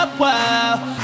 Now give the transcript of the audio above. wow